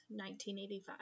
1985